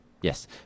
Yes